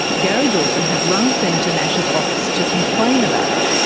gary dawson had rung senator nash's office to complain about it.